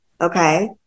okay